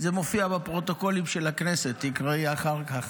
זה מופיע בפרוטוקולים של הכנסת, תקראי אחר כך.